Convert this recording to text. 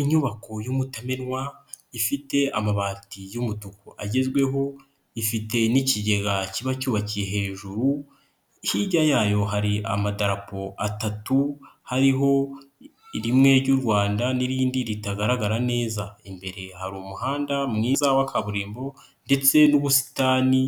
Inyubako y'umutamenwa ifite amabati y'umutuku agezweho, ifite n'ikigega kiba cyubakiye hejuru, hirya yayo hari amadapo atatu hariho rimwe ry'u Rwanda n'irindi ritagaragara neza, imbere hari umuhanda mwiza wa kaburimbo ndetse n'ubusitani